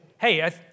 Hey